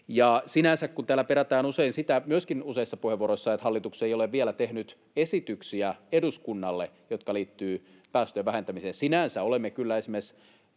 Sinänsä, kun täällä useissa puheenvuoroissa perätään usein sitä, että hallitus ei ole vielä tehnyt esityksiä eduskunnalle, jotka liittyvät päästöjen vähentämiseen, olemme kyllä esimerkiksi